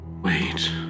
Wait